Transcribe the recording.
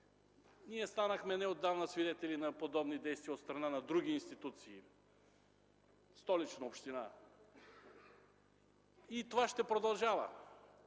ние станахме свидетели на подобни действия от страна на други институции – Столична община. И това ще продължава,